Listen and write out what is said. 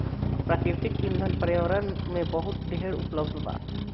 प्राकृतिक ईंधन पर्यावरण में बहुत ढेर उपलब्ध बा